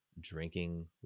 drinking